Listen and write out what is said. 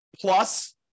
Plus